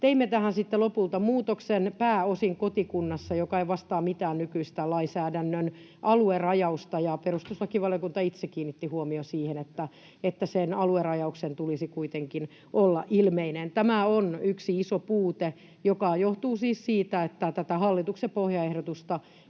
Teimme tähän sitten lopulta muutoksen: ”pääosin kotikunnassa”, joka ei vastaa mitään nykyistä lainsäädännön aluerajausta, ja perustuslakivaliokunta itse kiinnitti huomion siihen, että sen aluerajauksen tulisi kuitenkin olla ilmeinen. Tämä on yksi iso puute, joka johtuu siis siitä, että tätä hallituksen pohjaehdotusta